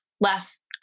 less